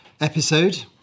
episode